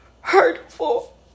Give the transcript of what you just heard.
hurtful